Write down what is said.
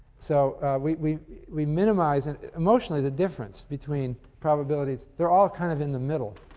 so we we minimize and and-emotionally, the difference between probabilities they're all kind of in the middle.